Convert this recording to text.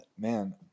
man